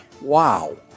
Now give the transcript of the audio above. wow